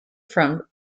from